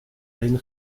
reino